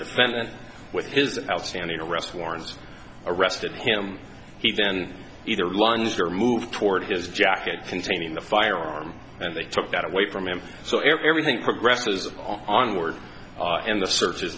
defendant with his outstanding arrest warrants arrested him he then either lines or move toward his jacket containing the firearm and they took that away from him so everything progresses onward and the search